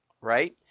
right